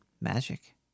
magic